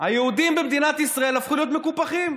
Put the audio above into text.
היהודים במדינת ישראל הפכו להיות מקופחים.